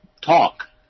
talk